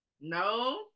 No